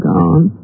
Gone